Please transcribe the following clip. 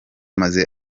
maze